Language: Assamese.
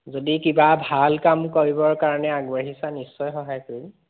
যদি কিবা ভাল কাম কৰিবৰ কাৰণে আগবাঢ়িছা নিশ্চয় সহায় কৰিম